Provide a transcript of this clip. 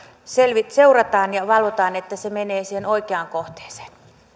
seurataan ja valvotaan että se menee siihen oikeaan kohteeseen